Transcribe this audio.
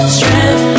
Strength